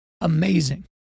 amazing